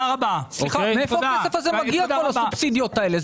סליחה, מאיפה הכסף הזה מגיע כל הסובסידיות האלה?